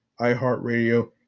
iHeartRadio